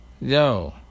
Yo